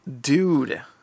dude